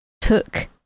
took